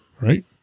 Right